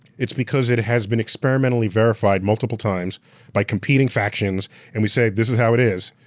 it's because it has been experimentally verified multiple times by competing factions and we say, this is how it is,